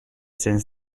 since